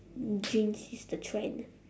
jinx is the trend